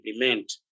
implement